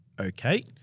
okay